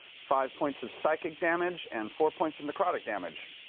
five points of psychic damage, and four points of necrotic damage.